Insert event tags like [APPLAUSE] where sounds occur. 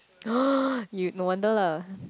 [NOISE] you no wonder lah